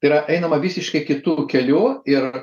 tai yra einama visiškai kitu keliu ir